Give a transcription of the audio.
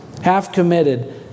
half-committed